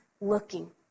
looking